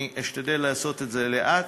אני אשתדל לעשות את זה לאט,